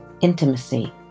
intimacy